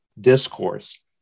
discourse